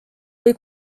või